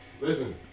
listen